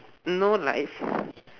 no like